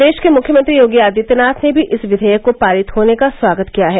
प्रदेश के मुख्यमंत्री योगी आदित्यनाथ ने भी इस विधेयक के पारित होने का स्वागत किया है